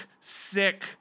sick